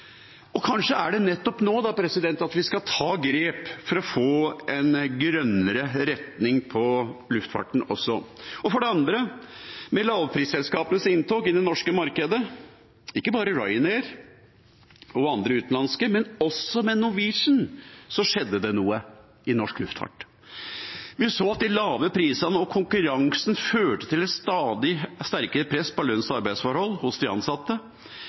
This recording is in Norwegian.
nettopp nå vi skal ta grep for å få en grønnere retning på luftfarten også. For det andre: Med lavprisselskapenes inntog i det norske markedet – ikke bare Ryan Air og andre utenlandske, men også Norwegian – skjedde det noe i norsk luftfart. Vi så at de lave prisene og konkurransen førte til et stadig sterkere press på lønns- og arbeidsforholdene til de ansatte.